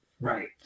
Right